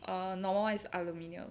err normal [one] is aluminium